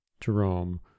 Jerome